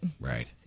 Right